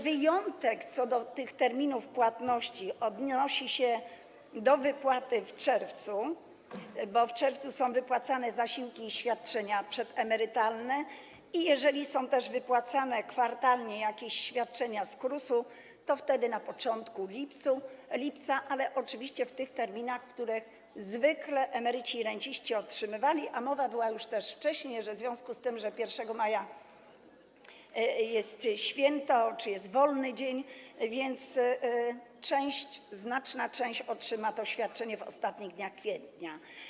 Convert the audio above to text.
Wyjątek co do tych terminów płatności odnosi się do wypłaty w czerwcu, bo w czerwcu są wypłacane zasiłki i świadczenia przedemerytalne, i jeżeli są też wypłacane kwartalnie jakieś świadczenia z KRUS-u, to wtedy na początku lipca, ale oczywiście w tych terminach, w których zwykle emeryci i renciści je otrzymywali, a już wcześniej była mowa o tym, że w związku z tym, że 1 maja jest święto, jest wolny dzień, więc znaczna część otrzyma to świadczenie w ostatnich dniach kwietnia.